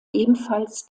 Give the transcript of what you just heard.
ebenfalls